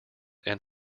and